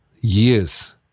years